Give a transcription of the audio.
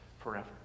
forever